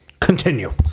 continue